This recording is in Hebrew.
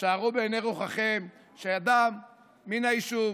שערו בעיני רוחכם שאדם מן היישוב